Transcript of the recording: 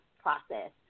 process